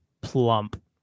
plump